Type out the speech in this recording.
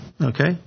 okay